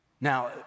Now